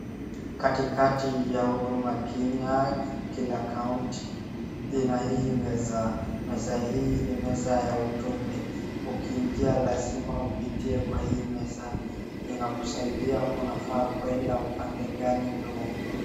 Katikati ya huduma kenya kila kaunti ina hii meza. Meza hii ni meza ya ujumbe ukiingia lazima upitie kwa hii meza inakusaidia unafaa kwenda upande gani ndoo huduma.